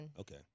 okay